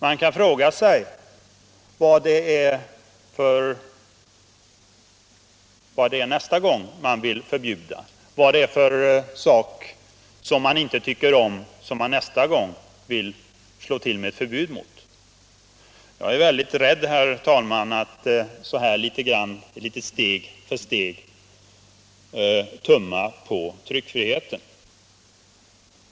Man kan fråga sig vad det är de nästa gång vill ha förbud mot, vad det är för något som de inte tycker om och som de nästa gång vill slå till med ett förbud mot. Jag är, herr talman, rädd för att så här litet grand, steg för steg, tumma på tryckfriheten.